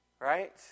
Right